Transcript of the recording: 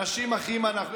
אנשים אחים אנחנו.